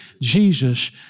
Jesus